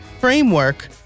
framework